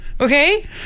Okay